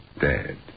dead